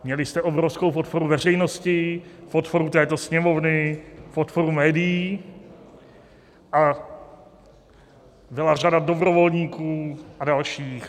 Měli jste obrovskou podporu veřejnosti, podporu této Sněmovny, podporu médií, byla řada dobrovolníků a dalších.